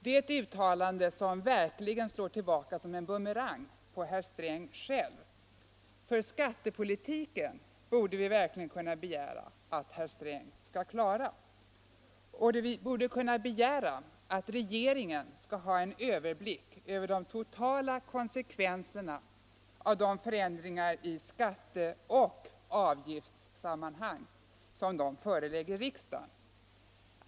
Det är ett uttalande som verkligen slår tillbaka som en bumerang på herr Sträng själv. För skattepolitiken begär vi verkligen att herr Sträng skall klara. Vi borde också kunna begära att regeringen skall ha en överblick över de totala konsekvenserna av de förändringar i skatteoch avgiftssammanhang som den förelägger riksdagen.